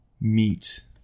meat